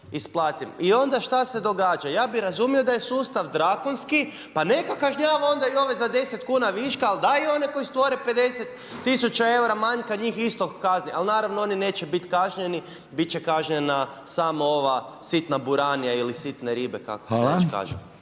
I onda šta se dogaša? Ja bi razumio da je sustav drakonski pa neka kažnjava i onda ove za 10 kn viška, pa daj one koji stvore 50000 eura manjka, njih isto kazni, ali naravno, oni neće biti kažnjeni, biti će kažnjeni samo ova, sitna buranija ili sitne ribe, kako se već kaže.